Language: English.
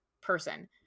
person